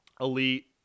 elite